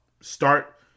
start